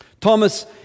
Thomas